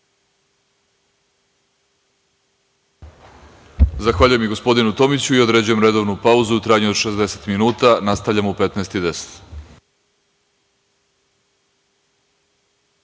Zahvaljujem i gospodinu Tomiću. Određujem redovnu pauzu u trajanju od 60 minuta. Nastavljamo sa